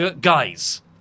Guys